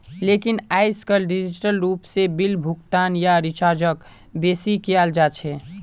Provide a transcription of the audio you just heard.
लेकिन आयेजकल डिजिटल रूप से बिल भुगतान या रीचार्जक बेसि कियाल जा छे